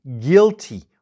guilty